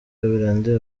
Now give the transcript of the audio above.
andi